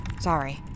Sorry